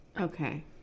Okay